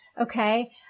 Okay